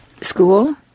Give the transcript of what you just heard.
school